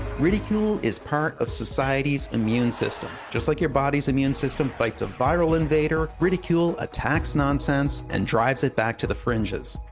ridicule is part of society's immune system. just like your body's immune system fights a viral invader, ridicule attacks nonsense and drives it back to the fringes.